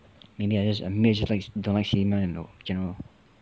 maybe I just like don't like cinema in you know general